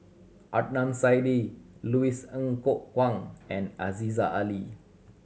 Adnan Saidi Louis Ng Kok Kwang and Aziza Ali